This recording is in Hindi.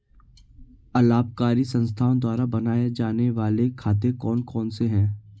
अलाभकारी संस्थाओं द्वारा बनाए जाने वाले खाते कौन कौनसे हैं?